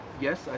yes